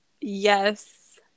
Yes